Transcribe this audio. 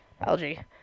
Algae